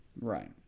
Right